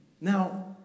Now